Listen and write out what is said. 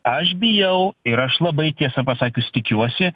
aš bijau ir aš labai tiesą pasakius tikiuosi